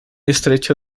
estrecho